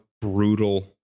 brutal